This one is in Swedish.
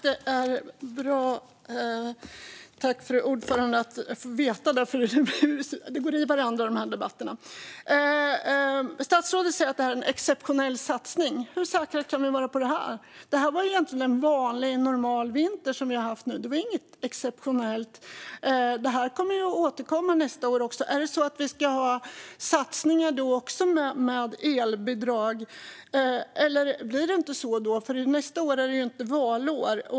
Fru talman! Statsrådet säger att det här är en exceptionell satsning. Hur säkra kan vi vara på det? Det är egentligen en vanlig, normal vinter som vi har nu. Det är inget exceptionellt, utan det här kommer att återkomma nästa år också. Ska vi ha satsningar med elbidrag då också, eller blir det inte så då? Nästa år är ju inte ett valår.